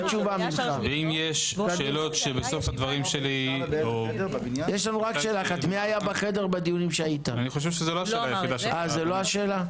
ואם יש שאלות שבסוף שהדברים שלי- -- אני חושב שזו לא השאלה היחידה שלך.